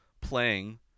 playing